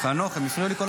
חנוך, הם הפריעו כל הזמן.